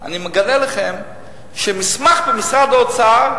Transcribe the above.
אני מגלה לכם שמסמך במשרד האוצר,